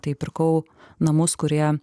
tai pirkau namus kurie